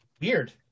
Weird